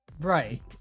right